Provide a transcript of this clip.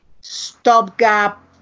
stopgap